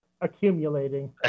accumulating